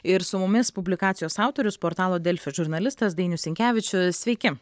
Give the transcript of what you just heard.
ir su mumis publikacijos autorius portalo delfi žurnalistas dainius sinkevičius sveiki